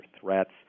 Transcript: threats